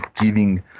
giving